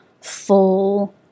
full